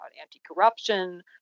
anti-corruption